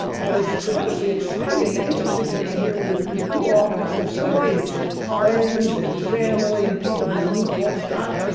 and it's tremendously exciting and interesting to be here with with you all cuz there's so many friends and family and people who knew colescott,